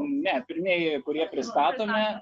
ne pirmieji kurie pristatome